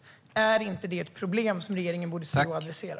Är inte det ett problem som regeringen borde se och adressera?